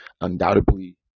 undoubtedly